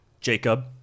Jacob